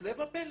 הפלא ופלא.